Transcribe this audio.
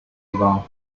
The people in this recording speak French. vent